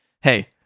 hey